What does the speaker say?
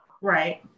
Right